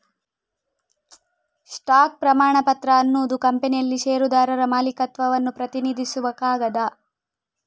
stock ಪ್ರಮಾಣಪತ್ರ ಅನ್ನುದು ಕಂಪನಿಯಲ್ಲಿ ಷೇರುದಾರರ ಮಾಲೀಕತ್ವವನ್ನ ಪ್ರತಿನಿಧಿಸುವ ಕಾಗದ